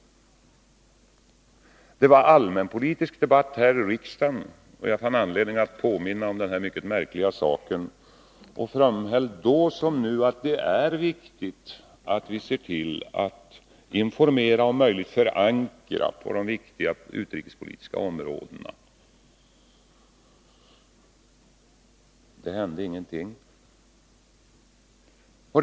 När det var allmänpolitisk debatt här i riksdagen fann jag anledning att påminna om den här mycket märkliga saken. Jag framhöll då som nu att det är viktigt att se till att information går ut och att denna, om möjligt, förankras när det gäller de viktiga utrikespolitiska områdena. Men ingenting hände.